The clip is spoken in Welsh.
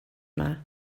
yma